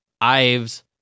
Ives